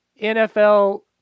NFL